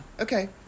okay